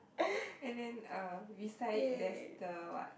and then uh beside it there's the what